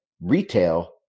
retail